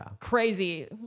crazy